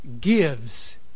gives